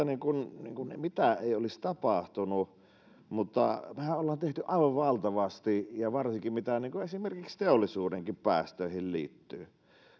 niin kuin mitään ei olisi tapahtunut mutta mehän olemme tehneet aivan valtavasti ja varsinkin mitä esimerkiksi teollisuuden päästöihin liittyy